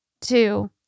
two